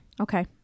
Okay